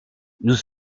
nous